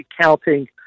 counting